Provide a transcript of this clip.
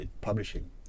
publishing